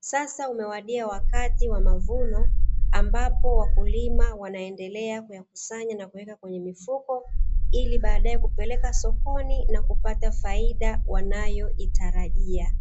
sasa umewadia wakati wa mavuno ambapo wakulima wanaendelea kuyakusanya na kuweka kwenye mifuko ili baadaye kupeleka sokoni na kupata faida wanayoitarajia.